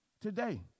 today